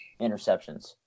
interceptions